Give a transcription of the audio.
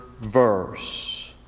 verse